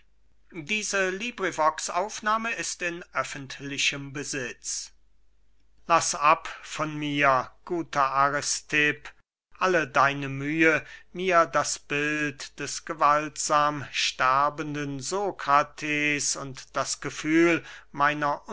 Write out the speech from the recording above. x kleombrotus an aristipp laß ab von mir guter aristipp alle deine mühe mir das bild des gewaltsam sterbenden sokrates und das gefühl meiner